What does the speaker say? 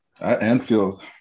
Anfield